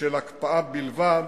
של הקפאה בלבד,